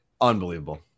Unbelievable